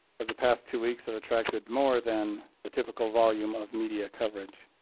as the past two weeks have attracted more than a typical volume of media coverage.